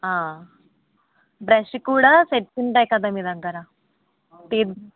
brush కూడా set ఉంటాయి కదా మీ దగ్గర టీత్